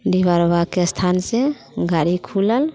डीहबार बाबाके स्थानसँ गाड़ी खुलल